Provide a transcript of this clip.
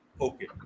okay